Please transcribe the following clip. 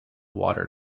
water